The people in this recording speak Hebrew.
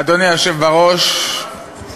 אדוני היושב-ראש,